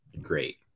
great